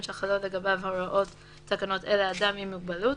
שחלות לגביו הוראות תקנות אלה אדם עם מוגבלות,